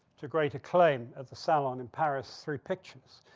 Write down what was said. to great acclaim of, the salon in paris through pictures,